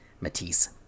Matisse